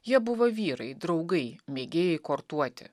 jie buvo vyrai draugai mėgėjai kortuoti